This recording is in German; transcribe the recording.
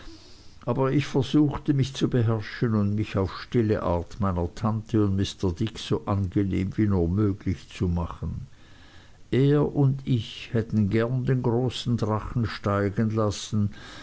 aber ich versuchte mich zu beherrschen und mich auf stille art meiner tante und mr dick so angenehm wie nur möglich zu machen er und ich hätten gern den großen drachen steigen lassen